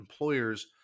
employers